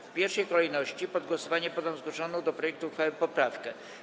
W pierwszej kolejności pod głosowanie poddam zgłoszoną do projektu uchwały poprawkę.